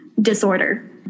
disorder